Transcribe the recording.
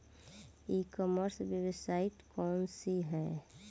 ई commerce website कौन सी है?